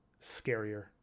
scarier